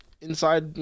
inside